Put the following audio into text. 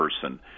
person